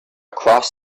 cross